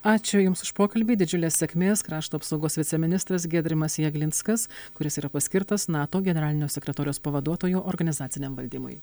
ačiū jums už pokalbį didžiulės sėkmės krašto apsaugos viceministras giedrimas jeglinskas kuris yra paskirtas nato generalinio sekretoriaus pavaduotoju organizaciniam valdymui